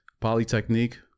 Polytechnique